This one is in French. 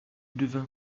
devient